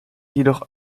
jedoch